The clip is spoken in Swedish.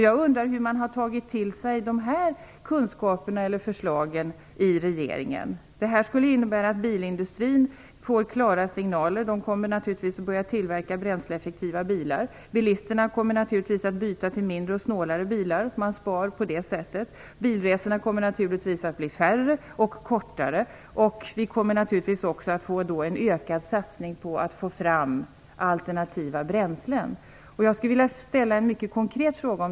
Jag undrar hur man har tagit till sig de här kunskaperna och förslagen i regeringen. Förslaget skulle innebära att bilindustrin fick klara signaler. De kommer naturligtvis att börja tillverka bränsleeffektiva bilar. Bilisterna kommer naturligtvis att byta till mindre och snålare bilar och spara på det sättet. Bilresorna kommer naturligtvis att bli färre och kortare. Det kommer naturligtvis också ske en ökad satsning på att få fram alternativa bränslen. Jag skulle vilja ställa en mycket konkret fråga.